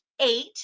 eight